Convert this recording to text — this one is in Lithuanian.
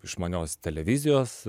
išmanios televizijos